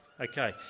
Okay